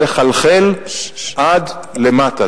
זה צריך לחלחל עד למטה.